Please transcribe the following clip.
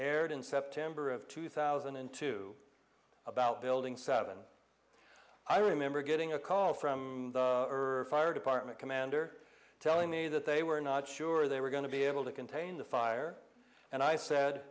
aired in september of two thousand and two about building seven i remember getting a call from her fire department commander telling me that they were not sure they were going to be able to contain the fire and i said